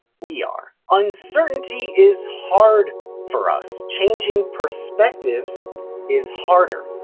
we are. uncertainty is hard for us. changing perspectives is harder.